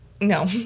No